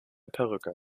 perücke